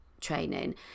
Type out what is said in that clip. training